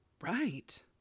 Right